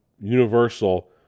Universal